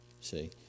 See